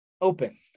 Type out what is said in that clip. open